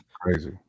crazy